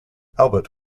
albert